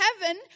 heaven